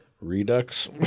Redux